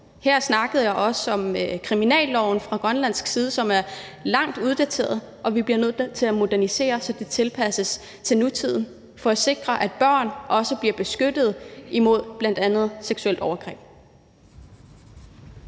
Her snakkede jeg også om kriminalloven for Grønland, som er uddateret for længe siden, og som vi bliver nødt til at modernisere, så den tilpasses nutiden – for også at sikre, at børn bliver beskyttet mod bl.a. seksuelle overgreb.